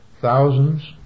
thousands